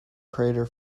crater